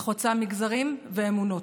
היא חוצה מגזרים ואמונות.